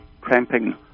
cramping